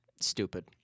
stupid